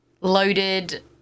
loaded